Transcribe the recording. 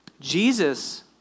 Jesus